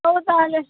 ହଉ ତାହେଲେ